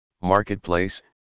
Marketplace